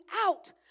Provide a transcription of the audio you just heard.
out